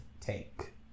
take